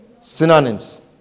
synonyms